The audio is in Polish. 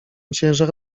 ciężar